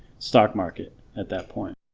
stock market at that point